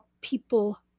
people